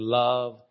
love